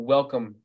Welcome